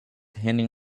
handing